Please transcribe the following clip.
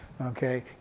Okay